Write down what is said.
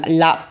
la